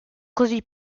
così